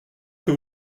que